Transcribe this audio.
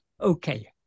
Okay